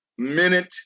Minute